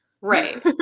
Right